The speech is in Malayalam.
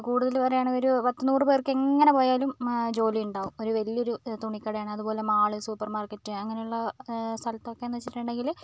കൂടുതൽ പറയുവാണെങ്കിൽ ഒരു പത്ത് നൂറുപേർക്ക് എങ്ങനെ പോയാലും ജോലിയുണ്ടാവും ഒരു വലിയൊരു തുണിക്കടയാണ് അതുപോലെ മാള് സൂപ്പർ മാർക്കറ്റ് അങ്ങനുള്ള സ്ഥലത്തൊക്കെയെന്നു വെച്ചിട്ടുണ്ടെങ്കിൽ